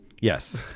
yes